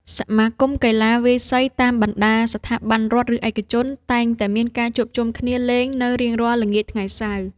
សមាគមកីឡាវាយសីតាមបណ្ដាស្ថាប័នរដ្ឋ ឬឯកជន តែងតែមានការជួបជុំគ្នាលេងនៅរៀងរាល់ល្ងាចថ្ងៃសៅរ៍។